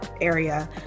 area